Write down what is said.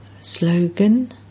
Slogan